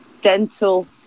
Dental